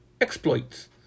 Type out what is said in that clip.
exploits